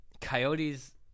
Coyotes